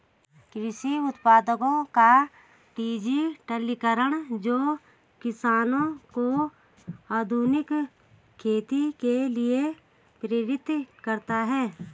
कृषि उत्पादों का डिजिटलीकरण जो किसानों को आधुनिक खेती के लिए प्रेरित करते है